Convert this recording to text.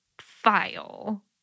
file